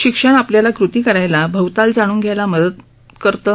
शिक्षण आपल्याला कृती करायला भवताल जाणून घ्यायला मदत करतं